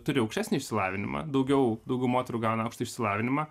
turi aukštesnį išsilavinimą daugiau daugiau moterų gauna aukštą išsilavinimą